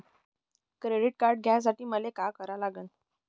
Credit card घ्यासाठी मले का करा लागन?